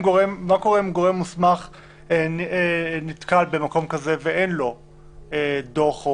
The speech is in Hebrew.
אם גורם מוסמך נתקל במקום כזה ואין לו דוח או